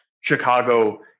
Chicago